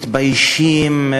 מתביישים,